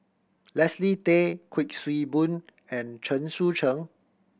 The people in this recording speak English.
Leslie Tay Kuik Swee Boon and Chen Sucheng